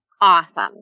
awesome